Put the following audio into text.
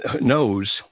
knows